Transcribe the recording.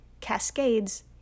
cascades